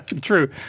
True